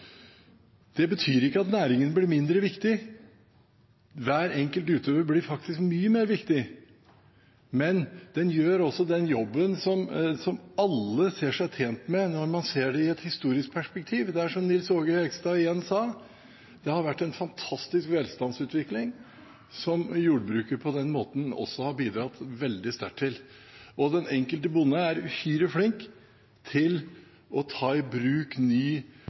Det betyr ikke at næringen blir mindre viktig – hver enkelt utøver blir faktisk mye mer viktig – men den gjør også den jobben som alle ser seg tjent med når man ser det i et historisk perspektiv. Igjen som Nils Aage Jegstad sa: Det har vært en fantastisk velstandsutvikling som jordbruket på den måten også har bidratt veldig sterkt til, og den enkelte bonde er uhyre flink til å ta i bruk